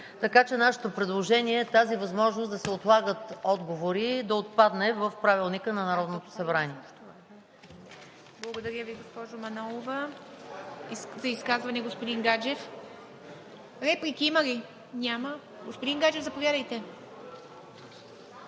така че нашето предложение е възможността да се отлагат отговори да отпадне в Правилника на Народното събрание.